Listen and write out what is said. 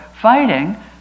fighting